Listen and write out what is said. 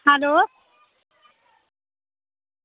hello